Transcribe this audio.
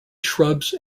shrubs